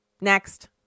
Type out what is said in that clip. next